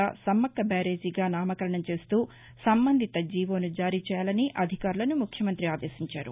Sammakka barrage గా నామకరణం చేస్తూ సంబంధిత జీవోను జారీ చేయాలని అధికారులను ముఖ్యమం్తి ఆదేశించారు